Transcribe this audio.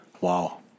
wow